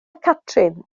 catrin